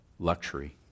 Luxury